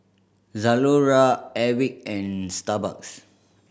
Zalora Airwick and Starbucks